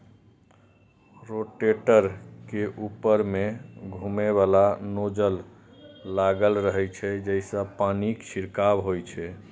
rotator के ऊपर मे घुमैबला नोजल लागल रहै छै, जइसे पानिक छिड़काव होइ छै